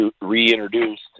reintroduced